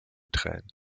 tränen